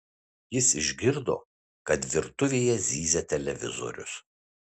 jis išgirdo kad virtuvėje zyzia televizorius